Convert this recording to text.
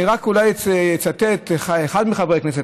אני אולי אצטט אחד מחברי הכנסת,